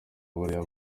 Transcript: bariya